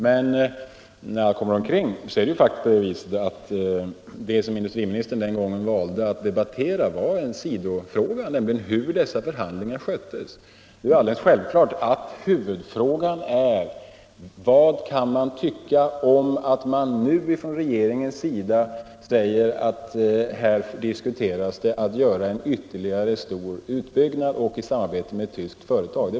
Men när allt kommer omkring är det ju faktiskt på det viset att det som industriministern den gången valde att debattera var en sidofråga, nämligen hur dessa förhandlingar sköttes. Det är alldeles självklart att huvudfrågan är: Vad kan man tycka om att regeringen nu säger att här diskuteras det att göra en ytterligare stor utbyggnad och göra denna i samarbete med ett tyskt företag?